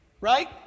Right